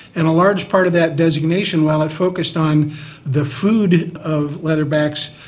and a large part of that designation, while it focused on the food of leatherbacks.